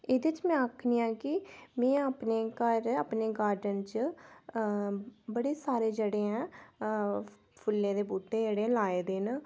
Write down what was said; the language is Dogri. एह्दे में आखनियां के में अपने घर अपने गार्डन च बडे़ सारे जेह्डे़ हैन फुल्लें दे बूह्टे जेह्डे़ लाए दे न ते